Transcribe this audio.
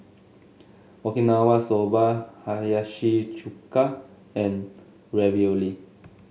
Okinawa Soba Hiyashi Chuka and Ravioli